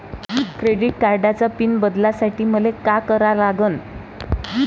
Credit कार्डाचा pin बदलासाठी मले का करा लागन?